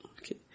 Okay